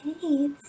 hey